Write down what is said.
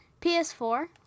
PS4